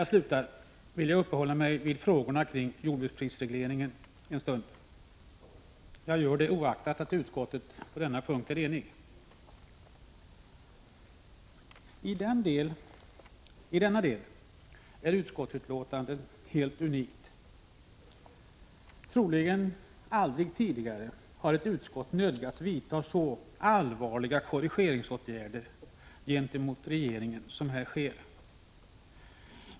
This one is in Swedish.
Avslutningsvis vill jag uppehålla mig en stund vid frågorna kring jordbruksprisregleringen — jag gör det oaktat utskottet är enigt på denna punkt. Utskottsbetänkandet är i denna del helt unikt. Troligen har utskottet aldrig tidigare nödgats vidta så allvarliga korrigeringsåtgärder gentemot regeringen som här sker.